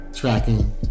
tracking